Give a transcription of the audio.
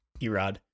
Erod